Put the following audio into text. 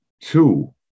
two